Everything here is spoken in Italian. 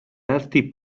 arti